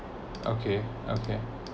okay okay